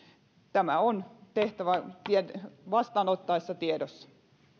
tämä on ollut tehtävän vastaanottaessa tiedossa